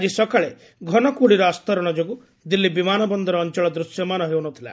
ଆଜି ସକାଳେ ଘନ କୁହୁଡ଼ିର ଆସ୍ତରଣ ଯୋଗୁଁ ଦିଲ୍ଲୀ ବିମାନ ବନ୍ଦର ଅଞ୍ଚଳ ଦୂଶ୍ୟମାନ ହେଉ ନ ଥିଲା